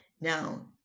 Now